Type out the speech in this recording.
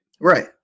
Right